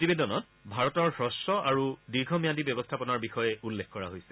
প্ৰতিবেদনত ভাৰতৰ হুস্ব আৰু দীৰ্ঘম্যাদী ব্যৱস্থাপনাৰ বিষয়ে উল্লেখ কৰা হৈছে